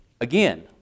again